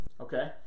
Okay